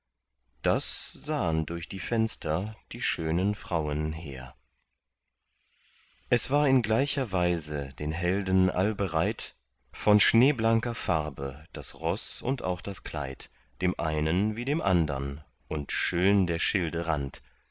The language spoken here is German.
das sahen durch die fenster die schönen frauen hehr es war in gleicher weise den helden allbereit von schneeblanker farbe das roß und auch das kleid dem einen wie dem andern und schön der schilde rand